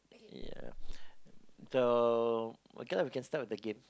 ya so okay lah we can start with the game